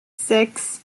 sechs